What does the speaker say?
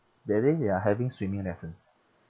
that day they are having swimming lesson